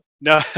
No